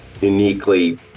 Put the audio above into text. uniquely